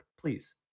please